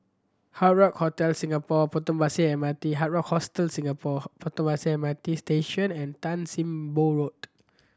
Hard Rock Hotel Singapore Potong Pasir M R T Hard Rock Hostel Singapore Potong Pasir M R T Station and Tan Sim Boh Road